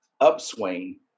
upswing